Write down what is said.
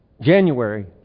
January